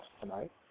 tonight